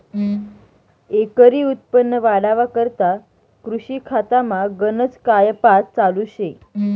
एकरी उत्पन्न वाढावा करता कृषी खातामा गनज कायपात चालू शे